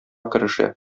керешә